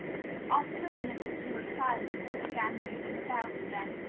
after a minute or two of silence, they began moving about again,